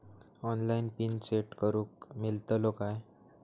Online PIN set करूक मेलतलो काय?